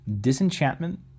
Disenchantment